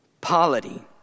Polity